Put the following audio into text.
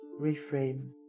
reframe